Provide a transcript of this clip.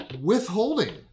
withholding